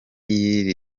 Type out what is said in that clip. y’iri